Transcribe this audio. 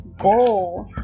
go